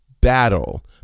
battle